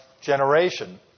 generation